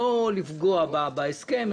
לא לפגוע בהסכם,